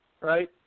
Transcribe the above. right